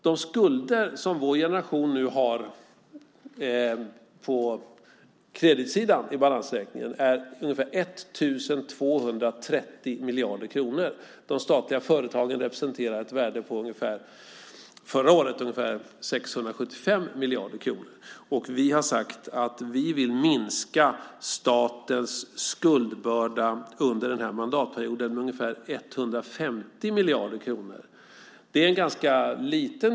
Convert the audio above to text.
De skulder som vår generation har på kreditsidan i balansräkningen är ungefär 1 230 miljarder kronor, och de statliga företagen representerade förra året ett värde på ungefär 675 miljarder kronor. Vi har sagt att vi vill minska statens skuldbörda med ungefär 150 miljarder kronor under denna mandatperiod.